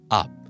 up